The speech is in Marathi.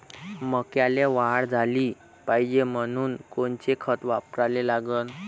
मक्याले वाढ झाली पाहिजे म्हनून कोनचे खतं वापराले लागन?